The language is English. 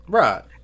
right